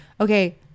Okay